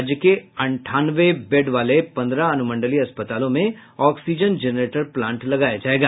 राज्य के अंठानवे बेड वाले पंद्रह अनुमंडलीय अस्पतालों में ऑक्सीजन जेनरेटर प्लांट लगाया जायेगा